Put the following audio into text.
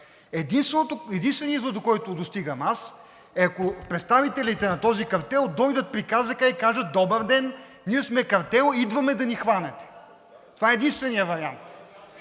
Единственият извод, до който достигам аз, е, ако представителите на този картел дойдат при КЗК и кажат: „Добър ден! Ние сме картел, идваме да ни хванете.“ Това е единственият вариант.